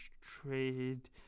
trade